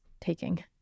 taking